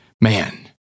Man